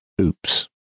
oops